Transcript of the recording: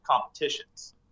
competitions